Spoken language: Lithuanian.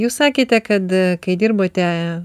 jūs sakėte kad kai dirbote